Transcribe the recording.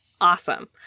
awesome